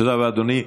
תודה רבה, אדוני.